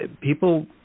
People